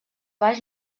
baix